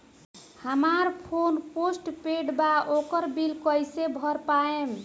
हमार phone post paid बा ओकर बिल कईसे भर पाएम?